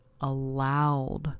allowed